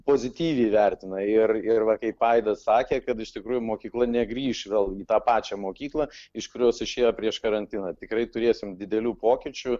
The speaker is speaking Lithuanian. pozityviai vertina ir ir va kaip aidas sakė kad iš tikrųjų mokykla negrįš vėl į tą pačią mokyklą iš kurios išėjo prieš karantiną tikrai turėsim didelių pokyčių